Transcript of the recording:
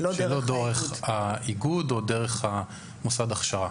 שלא דרך האיגוד או דרך מוסד ההכשרה.